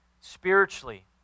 spiritually